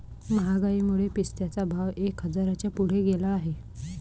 महागाईमुळे पिस्त्याचा भाव एक हजाराच्या पुढे गेला आहे